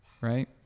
right